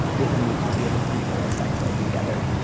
good news will be able to rebuild a sex life together.